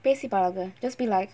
பேசி பழகு:pesi palagu just be like